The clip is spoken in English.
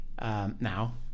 Now